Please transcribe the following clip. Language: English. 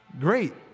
Great